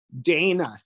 Dana